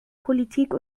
politik